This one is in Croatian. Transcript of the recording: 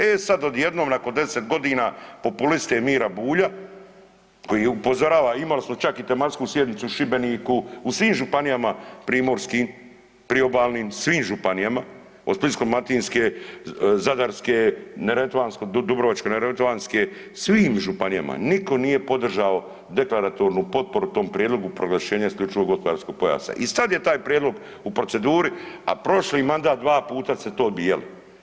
E sad odjednom nakon 10 godina populista Mire Bulja koji upozorava, imali smo čak i tematsku sjednicu u Šibeniku, u svim županijama primorskim, priobalnim, svim županijama, od Splitsko-dalmatinske, Zadarske, Dubrovačko-neretvanske, svim županijama, nitko nije podržao deklaratornu potporu tom prijedlogu proglašenja isključivog gospodarskog pojasa i sad je taj prijedlog u proceduri, a prošli mandat 2 puta ste to odbijali.